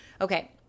Okay